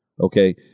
Okay